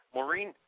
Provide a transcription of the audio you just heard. Maureen